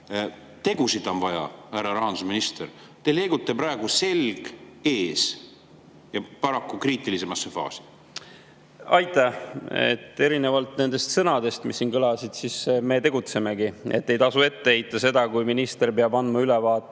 Tegusid on vaja, härra rahandusminister! Te liigute praegu selg ees ja paraku kriitilisemasse faasi. Aitäh! Erinevalt nendest sõnadest, mis siin kõlasid, me tegutsemegi. Ei tasu seda ette heita, kui minister peab andma ülevaate